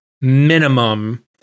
minimum